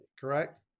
Correct